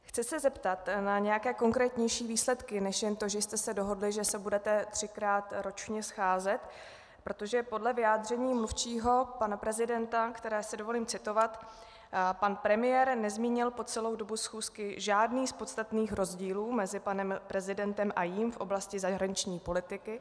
Chci se zeptat na nějaké konkrétnější výsledky než jen to, že jste se dohodli, že se budete třikrát ročně scházet, protože podle vyjádření mluvčího pana prezidenta které si dovolím citovat: Pan premiér nezmínil po celou dobu schůzky žádný z podstatných rozdílů mezi panem prezidentem a jím v oblasti zahraniční politiky.